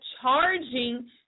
charging